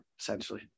essentially